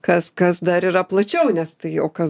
kas kas dar yra plačiau nes tai o kas